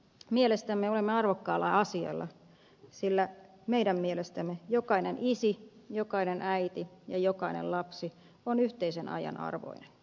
mielestämme olemme arvokkaalla asialla sillä meidän mielestämme jokainen isi jokainen äiti ja jokainen lapsi on yhteisen ajan arvoinen